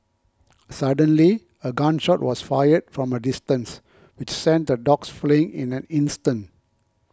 suddenly a gun shot was fired from a distance which sent the dogs fleeing in an instant